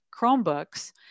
Chromebooks